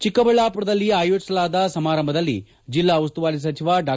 ಚಿಕ್ಕಬಳ್ಳಾಪುರದಲ್ಲಿ ಆಯೋಜಿಸಲಾದ ಸಮಾರಂಭಲ್ಲಿ ಜಿಲ್ನಾ ಉಸ್ತುವಾರಿ ಸಚಿವ ಡಾ